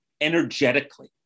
energetically